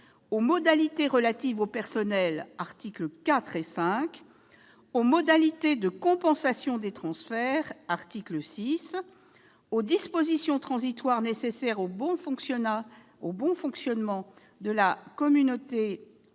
aux modalités relatives au personnel- articles 4 et 5 -, aux modalités de compensation des transferts- article 6 -, aux dispositions transitoires nécessaires au bon fonctionnement de la Collectivité